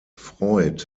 freud